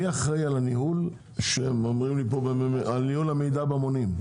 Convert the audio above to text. מי אחראי על ניהול המידע במונים,